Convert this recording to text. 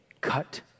cut